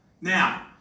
Now